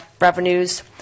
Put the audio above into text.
revenues